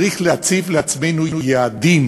צריך להציב לעצמנו יעדים.